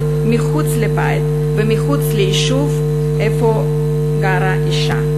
מחוץ לבית ומחוץ ליישוב שבו גרה האישה.